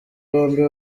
bombi